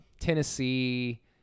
Tennessee